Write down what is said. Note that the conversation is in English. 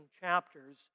chapters